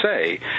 say